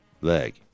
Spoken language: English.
leg